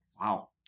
Wow